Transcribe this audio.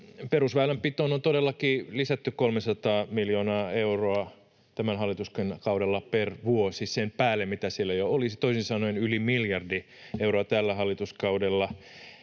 tämän hallituksen kaudella lisätty 300 miljoonaa euroa per vuosi sen päälle, mitä siellä jo oli, toisin sanoen yli miljardi euroa tällä hallituskaudella.